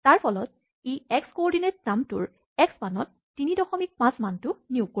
তাৰফলত ই এক্সক'অৰদিনেট নামটোৰ এক্স মানত ৩৫ মানটো নিয়োগ কৰিব